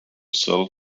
sell